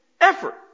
effort